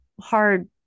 hard